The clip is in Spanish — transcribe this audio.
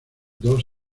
dos